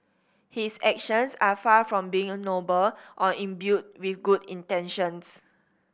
his actions are far from being noble or imbued with good intentions